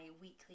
weekly